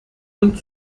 und